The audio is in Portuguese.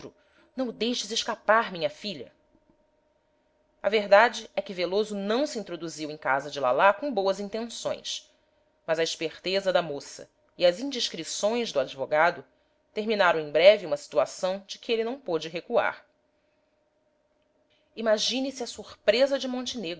não o deixes escapar minha filha a verdade é que veloso não se introduziu em casa de lalá com boas intenções mas a esperteza da moça e as indiscrições do advogado determinaram em breve uma situação de que ele não pôde recuar imagine-se a surpresa de montenegro